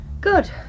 Good